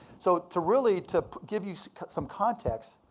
so to really, to give you some context,